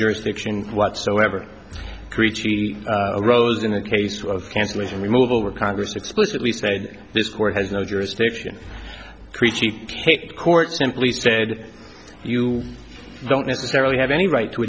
jurisdiction whatsoever creature roles in the case of cancellation removal were congress explicitly said this court has no jurisdiction creech court simply said you don't necessarily have any right to